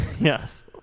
Yes